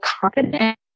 confident